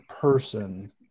person